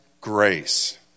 grace